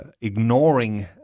ignoring